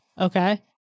okay